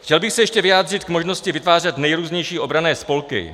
Chtěl bych se ještě vyjádřit k možnosti vytvářet nejrůznější obranné spolky.